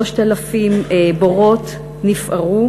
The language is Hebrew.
מ-3,000 בורות נפערו,